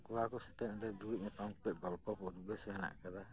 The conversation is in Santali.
ᱠᱚᱲᱟ ᱠᱚ ᱥᱟᱛᱮ ᱚᱸᱰᱮ ᱫᱩᱲᱩᱵ ᱧᱟᱯᱟᱢ ᱠᱟᱛᱮᱜ ᱜᱚᱞᱯᱚ ᱠᱚ ᱵᱮᱥ ᱦᱮᱱᱟᱜ ᱠᱟᱫᱟ